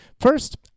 First